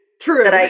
True